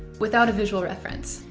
without a visual reference.